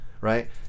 right